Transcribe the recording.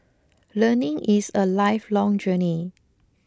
learning is a lifelong journey